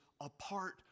apart